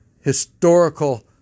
historical